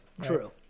True